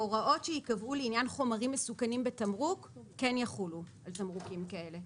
הוראות שייקבעו לעניין חומרים מסוכנים בתמרוק כן יחולו על תמרוקים כאלה,